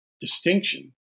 distinction